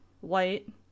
white